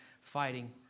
fighting